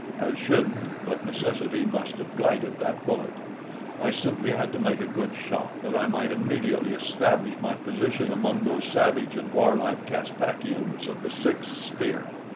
as shouldn't but necessity must have guided that bullet i simply had to make a good shot, that i might immediately establish my position among those savage and warlike caspakians of the sixth sphere.